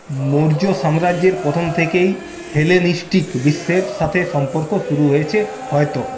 মৌর্য সাম্রাজ্যের প্রথম থেকেই হেলেনিস্টিক বিশ্বের সাথে সম্পর্ক শুরু হয়েছে হয়ত